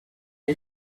you